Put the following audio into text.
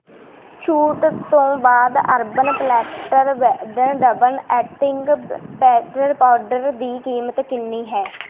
ਛੂਟ ਤੋਂ ਬਾਅਦ Urban Platter vegan double acting baking powder ਦੀ ਕੀਮਤ ਕਿੰਨੀ ਹੈ